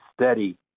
steady